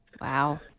Wow